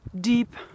deep